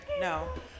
No